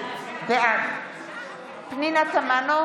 בעד פנינה תמנו,